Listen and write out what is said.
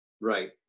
Right